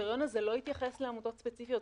הקריטריון הזה לא התייחס לעמותות ספציפיות,